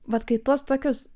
vat kai tuos tokius